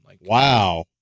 Wow